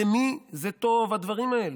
למי זה טוב, הדברים האלה?